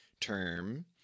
term